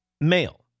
male